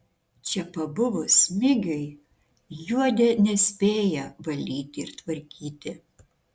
čia pabuvus smigiui juodė nespėja valyti ir tvarkyti